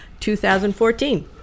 2014